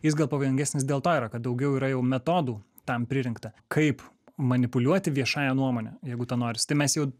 jis gal pavojingesnis dėl to yra kad daugiau yra jau metodų tam pririnkta kaip manipuliuoti viešąja nuomone jeigu to noris tai mes jau